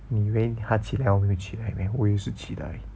你以为他起来我没有起来 meh 我也是起来